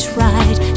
right